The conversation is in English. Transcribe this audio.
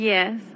Yes